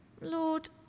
Lord